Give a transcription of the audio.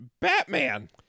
Batman